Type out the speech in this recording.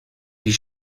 die